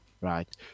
right